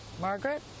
Margaret